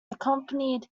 accompanied